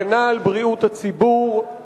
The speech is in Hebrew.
הגנה על בריאות הציבור,